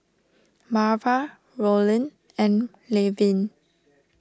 Marva Rollin and Levin